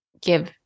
give